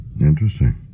Interesting